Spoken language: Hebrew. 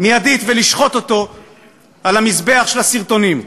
מיידית ולשחוט אותו על המזבח של הסרטונים.